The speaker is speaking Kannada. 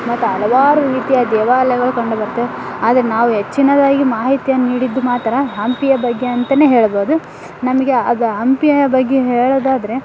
ಮತ್ತು ಹಲವಾರು ರೀತಿಯ ದೇವಾಲಯಗಳು ಕಂಡು ಬರ್ತವೆ ಆದರೆ ನಾವು ಹೆಚ್ಚಿನದಾಗಿ ಮಾಹಿತಿಯನ್ನು ನೀಡಿದ್ದು ಮಾತ್ರ ಹಂಪಿಯ ಬಗ್ಗೆ ಅಂತಲೇ ಹೇಳಬೋದು ನಮಗೆ ಅದು ಹಂಪಿಯ ಬಗ್ಗೆ ಹೇಳೋದಾದರೆ